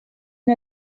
une